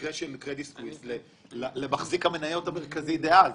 במקרה של קרדיט סוויס יש קשר למחזיק המניות המרכזי דאז.